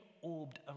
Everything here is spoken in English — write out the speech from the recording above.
orbed